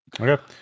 Okay